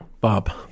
Bob